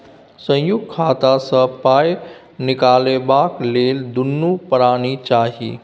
संयुक्त खाता सँ पाय निकलबाक लेल दुनू परानी चाही